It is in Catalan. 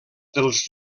dels